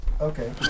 Okay